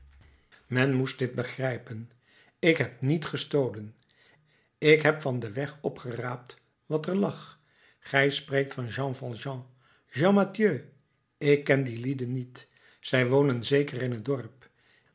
men moest dit begrijpen ik heb niet gestolen ik heb van den weg opgeraapt wat er lag gij spreekt van jean valjean jean mathieu ik ken die lieden niet zij wonen zeker in t dorp